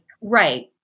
right